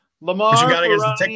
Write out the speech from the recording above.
Lamar